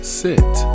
sit